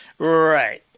Right